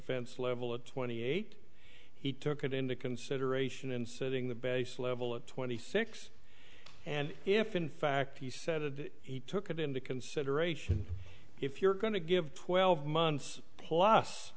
offense level of twenty eight he took that into consideration in setting the base level of twenty six and if in fact he said he took it into consideration if you're going to give twelve months plus